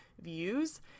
views